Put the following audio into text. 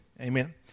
Amen